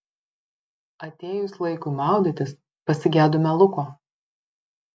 atėjus laikui maudytis pasigedome luko